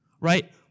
right